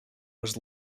was